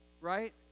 right